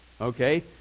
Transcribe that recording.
okay